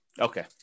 Okay